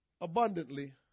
abundantly